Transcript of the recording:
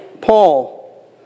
Paul